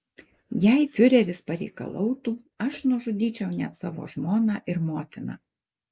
jei fiureris pareikalautų aš nužudyčiau net savo žmoną ir motiną